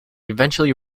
eventually